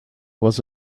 was